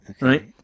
right